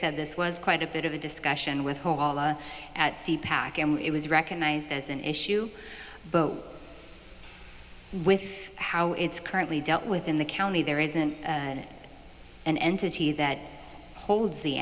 said this was quite a bit of a discussion with at sea pack and it was recognized as an issue both with how it's currently dealt with in the county there isn't an entity that holds the